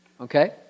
Okay